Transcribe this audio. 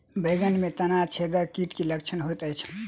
बैंगन मे तना छेदक कीटक की लक्षण होइत अछि?